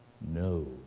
no